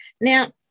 Now